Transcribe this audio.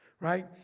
right